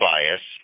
Bias